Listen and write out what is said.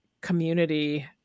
community